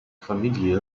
familie